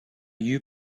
you